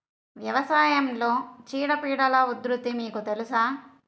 వ్యవసాయంలో చీడపీడల ఉధృతి మీకు తెలుసా?